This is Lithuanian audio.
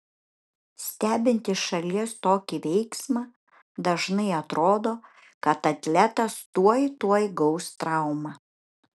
stebint iš šalies tokį veiksmą dažnai atrodo kad atletas tuoj tuoj gaus traumą